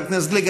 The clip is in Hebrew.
חבר הכנסת גליק,